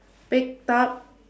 picked up